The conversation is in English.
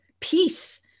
peace